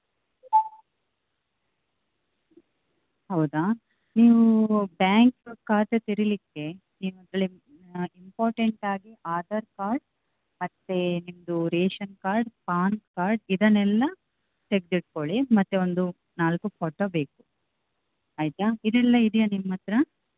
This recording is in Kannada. ಹೌದಾ ನೀವು ಬ್ಯಾಂಕ್ ಖಾತೆ ತೆರೆಯಲಿಕ್ಕೆ ನೀವು ಒಂದು ಇಂಪಾರ್ಟೆಂಟಾಗಿ ಆಧಾರ್ ಕಾರ್ಡ್ ಮತ್ತು ನಿಮ್ಮದು ರೇಶನ್ ಕಾರ್ಡ್ ಪಾನ್ ಕಾರ್ಡ್ ಇದನ್ನೆಲ್ಲ ತೆಗೆದಿಟ್ಕೊಳ್ಳಿ ಮತ್ತು ಒಂದು ನಾಲ್ಕು ಫೋಟೋ ಬೇಕು ಆಯಿತಾ ಇದೆಲ್ಲ ಇದೆಯಾ ನಿಮ್ಮ ಹತ್ರ